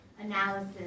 analysis